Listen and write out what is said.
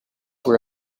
were